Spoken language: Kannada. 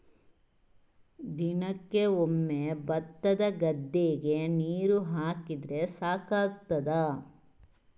ದಿನಕ್ಕೆ ಒಮ್ಮೆ ಭತ್ತದ ಗದ್ದೆಗೆ ನೀರು ಹಾಕಿದ್ರೆ ಸಾಕಾಗ್ತದ?